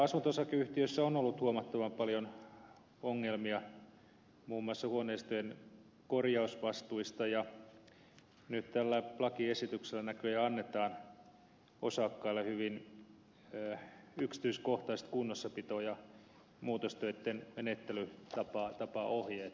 no asunto osakeyhtiöissä on ollut huomattavan paljon ongelmia muun muassa huoneistojen korjausvastuista ja nyt tällä lakiesityksellä näköjään annetaan osakkaille hyvin yksityiskohtaiset kunnossapito ja muutostöitten menettelytapaohjeet